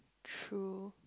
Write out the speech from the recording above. true